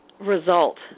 result